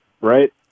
right